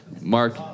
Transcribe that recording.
Mark